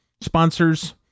sponsors